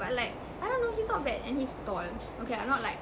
but like I don't know he's not bad and he's tall okay ah not like